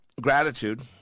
gratitude